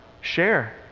Share